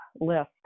list